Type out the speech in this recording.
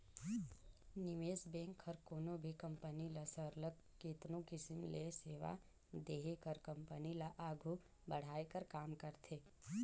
निवेस बेंक हर कोनो भी कंपनी ल सरलग केतनो किसिम ले सेवा देहे कर कंपनी ल आघु बढ़ाए कर काम करथे